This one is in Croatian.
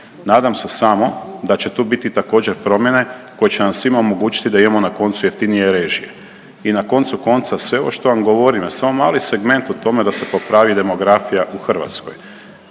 Nadam se samo da će tu biti također promjene koje će nam svima omogućiti da imamo na koncu jeftinije režije. I na koncu konca sve ovo što vam govorim je samo mali segment u tome da se popravi demografija u Hrvatskoj.